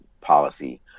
policy